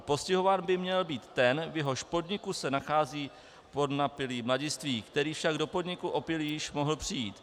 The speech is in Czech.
Postihován by měl být ten, v jehož podniku se nachází podnapilý mladistvý, který však do podniku opilý již mohl přijít.